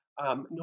No